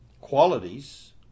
qualities